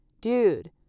Dude